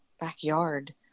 backyard